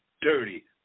dirty